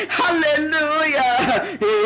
hallelujah